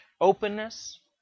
openness